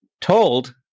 told